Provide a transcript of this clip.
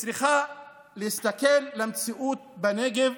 צריכה להסתכל על המציאות בנגב,